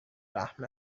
رحم